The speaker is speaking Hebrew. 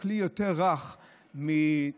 היא כלי יותר רך מאלות